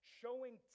showing